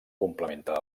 complementa